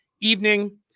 evening